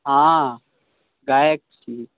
हँ गायक छी